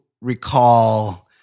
recall